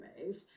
removed